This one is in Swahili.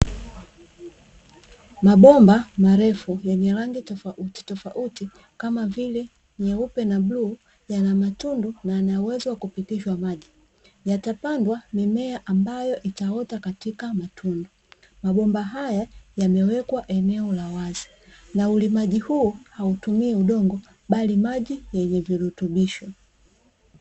Mabomba marefu yenye rangi tofauti tofauti yanayoweza kupitisha maji mbegu ztapandwa nakuota kupitia matundu hakuna matumizi ya udongo